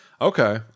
Okay